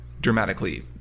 dramatically